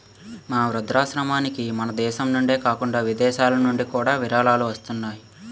మా వృద్ధాశ్రమానికి మనదేశం నుండే కాకుండా విదేశాలనుండి కూడా విరాళాలు వస్తున్నాయి